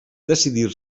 decidir